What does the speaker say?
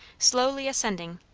slowly ascending,